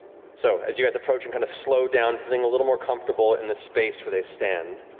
so as you guys approach and kind of slow down, feeling a little more comfortable in the space where they stand,